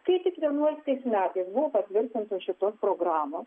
tai tik vienuoliktais metais buvo tvirtintos šitos programos